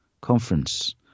conference